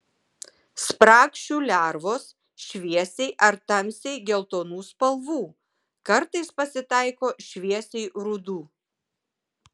spragšių lervos šviesiai ar tamsiai geltonų spalvų kartais pasitaiko šviesiai rudų